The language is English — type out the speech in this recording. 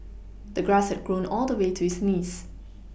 the grass had grown all the way to his knees